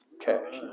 cash